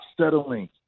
settling